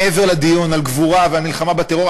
מעבר לדיון על גבורה ועל מלחמה בטרור,